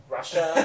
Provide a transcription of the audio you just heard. Russia